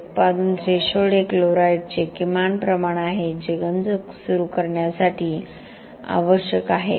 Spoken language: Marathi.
उत्पादन थ्रेशोल्ड हे क्लोराईडचे किमान प्रमाण आहे जे गंज सुरू करण्यासाठी आवश्यक आहे